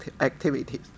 activities